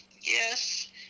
Yes